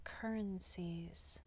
currencies